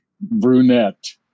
brunette